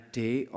day